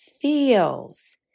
feels